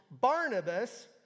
Barnabas